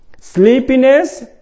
Sleepiness